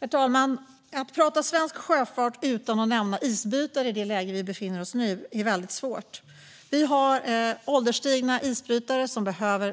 Herr talman! Att prata svensk sjöfart utan att nämna isbrytare är svårt i det läge vi befinner oss i nu. Vi har ålderstigna isbrytare som behöver